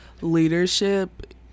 leadership